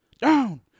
down